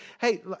hey